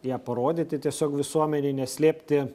ją parodyti tiesiog visuomenei neslėpti